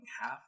half